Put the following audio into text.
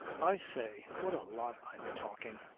i say, what a lot i'm talking